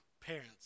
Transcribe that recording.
parents